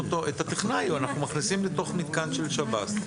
את הטכנאי לתוך מתקן של שב"ס.